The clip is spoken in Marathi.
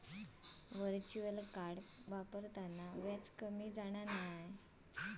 व्हर्चुअल कार्ड वापरताना व्याज कमी जाणा नाय